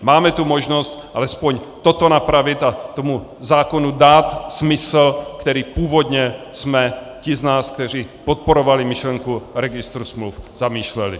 Máme možnost alespoň toto napravit a tomu zákonu dát smysl, který původně jsme ti z nás, kteří podporovali myšlenku registru smluv, zamýšleli.